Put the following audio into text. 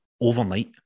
overnight